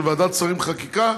של ועדת השרים לענייני חקיקה.